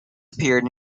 appeared